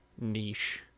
niche